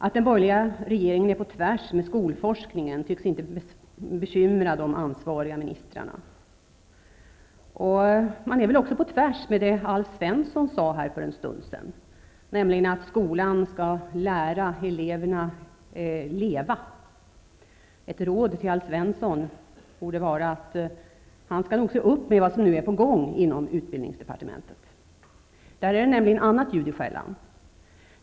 Att den borgerliga regeringen är på tvärs med skolforskningen tycks inte bekymra de ansvariga ministrarna. Man är väl också på tvärs med det Alf Svensson sade för en stund sedan, nämligen att skolan skall lära eleverna att leva. Ett råd till Alf Svensson borde vara att han nog skall se upp med vad som är på gång inom utbildningsdepartementet nu. Där är det nämligen annat ljud i skällan.